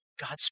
God's